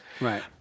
Right